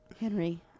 Henry